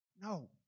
No